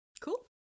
Cool